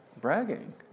Bragging